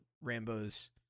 Rambo's